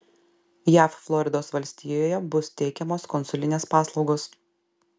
jav floridos valstijoje bus teikiamos konsulinės paslaugos